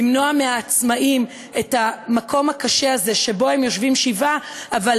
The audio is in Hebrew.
למנוע מהעצמאים את המקום הקשה הזה שבו הם יושבים שבעה אבל